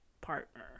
partner